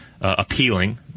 appealing